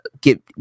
get